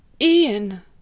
Ian